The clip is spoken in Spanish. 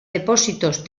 depósitos